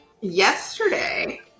yesterday